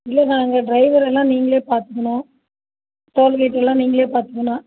இல்லை நாங்கள் டிரைவரெல்லாம் நீங்களே பார்த்துக்கணும் டோல்கேட்டெல்லாம் நீங்களே பார்த்துக்கணும்